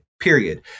period